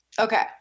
Okay